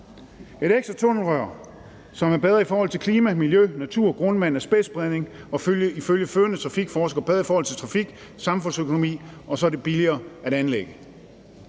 Et ekstra tunnelrør er bedre i forhold til klima, miljø, natur, grundvand, asbestspredning og ifølge førende trafikforskere bedre i forhold til trafik, samfundsøkonomi, og så er det billigere at anlægge.